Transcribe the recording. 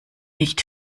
nicht